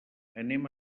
anem